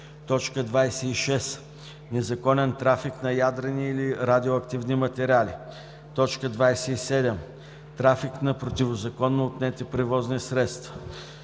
26. незаконен трафик на ядрени или радиоактивни материали; 27. трафик на противозаконно отнети превозни средства;